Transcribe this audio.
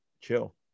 chill